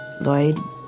Lloyd